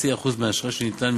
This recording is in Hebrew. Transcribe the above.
חצי אחוז מהאשראי שניתן,